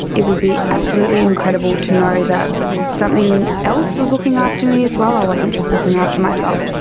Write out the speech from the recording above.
it would be absolutely incredible to know that something else was looking after me as well, i wasn't just looking after myself.